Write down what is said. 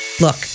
Look